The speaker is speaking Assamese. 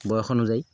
বয়স অনুযায়ী